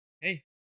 Hey